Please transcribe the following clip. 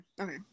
Okay